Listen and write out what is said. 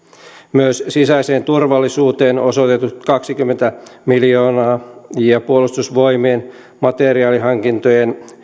myös sisäiseen turvallisuuteen osoitetut kaksikymmentä miljoonaa ja puolustusvoimien materiaalihankintojen